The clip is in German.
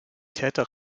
täter